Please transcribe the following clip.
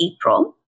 April